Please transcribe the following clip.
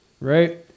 right